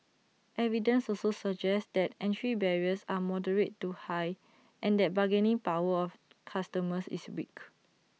evidence also suggests that entry barriers are moderate to high and that bargaining power of customers is weak